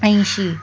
ऐंशी